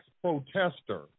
protester